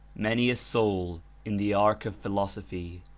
many a soul in the ark of philosophy,